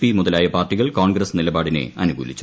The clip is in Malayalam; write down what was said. പി മുതലായ പാർട്ടികൾ കോൺഗ്രസ് നിലപാടിനെ അനുകൂലിച്ചു